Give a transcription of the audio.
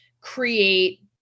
create